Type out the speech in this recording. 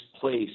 place